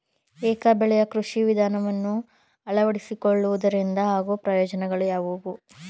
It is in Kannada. ಏಕ ಬೆಳೆಯ ಕೃಷಿ ವಿಧಾನವನ್ನು ಅಳವಡಿಸಿಕೊಳ್ಳುವುದರಿಂದ ಆಗುವ ಪ್ರಯೋಜನಗಳು ಯಾವುವು?